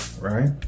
right